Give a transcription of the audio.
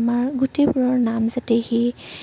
আমাৰ গোটেইবোৰৰ নাম যাতে সি